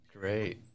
Great